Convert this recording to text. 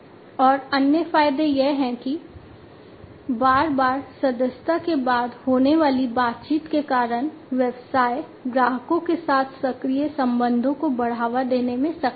और अन्य फायदे यह हैं कि बार बार सदस्यता के बाद होने वाली बातचीत के कारण व्यवसाय ग्राहकों के साथ सक्रिय संबंधों को बढ़ावा देने में सक्षम हैं